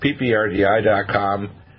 pprdi.com